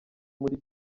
muli